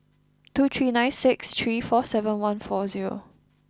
two three nine six three four seven one four zero